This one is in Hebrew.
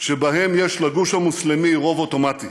שבהם יש לגוש המוסלמי רוב אוטומטי.